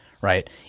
right